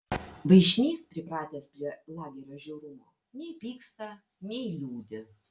vaišnys pripratęs prie lagerio žiaurumo nei pyksta nei liūdi